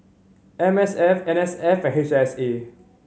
M S F N S F H S A